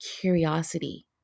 curiosity